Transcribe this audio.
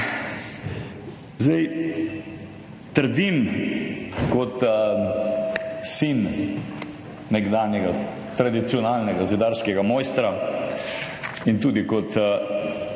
Zdaj trdim kot sin nekdanjega tradicionalnega zidarskega mojstra in tudi kot